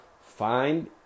Find